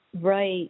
Right